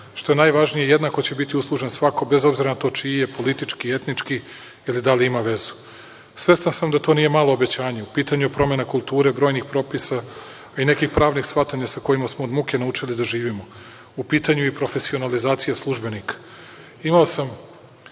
Što je najvažnije, jednako će biti uslužen svako bez obzira čiji je, politički, etnički, ili da li ima vezu. Svestan sam da to nije malo obećanje. U pitanju je promena kulture, brojnih propisa, i nekih pravnih shvatanja sa kojima smo od muke naučili da živimo. U pitanju je i profesionalizacija službenika.